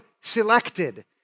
selected